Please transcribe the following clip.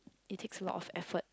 it takes a lot of effort